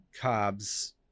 Cobb's